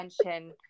attention